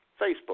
Facebook